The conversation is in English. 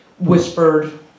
whispered